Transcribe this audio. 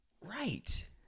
Right